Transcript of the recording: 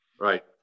Right